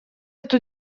эту